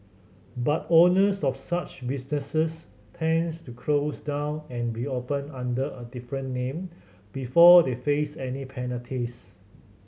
but owners of such businesses tends to close down and reopen under a different name before they face any penalties